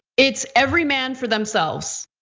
it's every man for themselves.